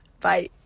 bye